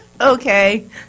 Okay